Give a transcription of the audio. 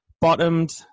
bottomed